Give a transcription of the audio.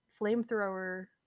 flamethrower